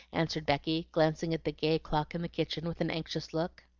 answered becky, glancing at the gay clock in the kitchen with an anxious look.